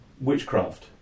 witchcraft